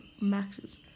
Maxes